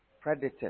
predators